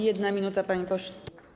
1 minuta, panie pośle.